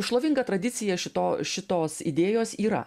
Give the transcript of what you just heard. šlovinga tradicija šito šitos idėjos yra